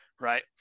right